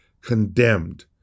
condemned